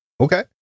Okay